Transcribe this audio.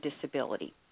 disability